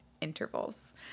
intervals